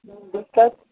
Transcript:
دقت